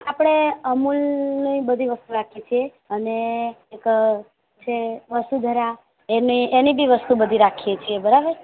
આપણે અમૂલની બધી વસ્તુ રાખીએ છીએ અને એક છે વસુંધરા એની બી વસ્તુ બધી રાખીએ છીએ બરાબર